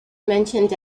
mentioned